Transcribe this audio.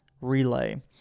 relay